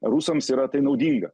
rusams yra tai naudinga